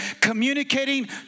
communicating